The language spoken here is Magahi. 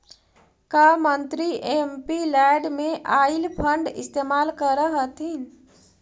का मंत्री एमपीलैड में आईल फंड इस्तेमाल करअ हथीन